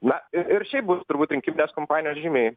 na ir ir šiaip bus turbūt rinkiminės kampanijos žymiai